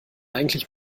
eigentlich